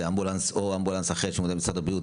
אמבולנס או אמבולנס אחר של משרד הבריאות,